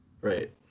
Right